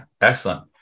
excellent